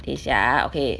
等一下 ah okay